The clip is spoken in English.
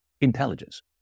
intelligence